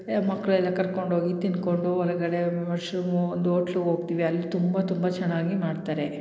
ಮಕ್ಳು ಎಲ್ಲ ಕರ್ಕೊಂಡೋಗಿ ತಿಂದ್ಕೊಂಡು ಹೊರಗಡೆ ಮಶ್ರೂಮು ಒಂದು ಓಟ್ಲಗೆ ಹೋಗ್ತೀವಿ ಅಲ್ಲಿ ತುಂಬ ತುಂಬ ಚೆನ್ನಾಗಿ ಮಾಡ್ತಾರೆ